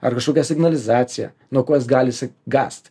ar kažkokia signalizacija nuo ko jis gali išsigąst